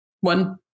one